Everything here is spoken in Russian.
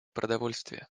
продовольствия